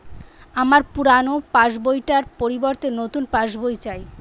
আমার পুরানো passbook টার পরিবর্তে নতুন পাশ বই চাই